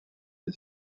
des